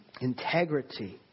integrity